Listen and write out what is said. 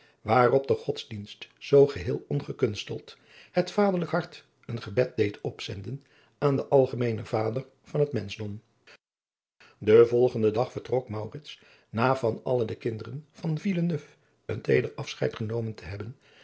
waarop de godsdienst zoo geheel ongekunsteld het vaderlijk hart een gebed deed opzenden aan den algemeenen vader van het menschdom den volgenden dag vertrok maurits na van alle de kinderen van villeneuve een teeder afscheid genomen te hebben